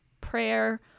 prayer